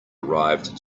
arrived